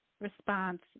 response